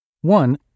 One